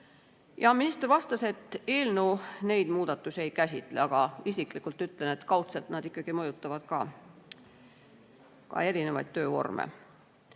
Minister vastas, et eelnõu neid muudatusi ei käsitle. Aga ma isiklikult ütlen, et kaudselt nad ikkagi mõjutavad ka erinevaid töövorme.